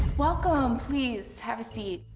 welcome. please, have a seat.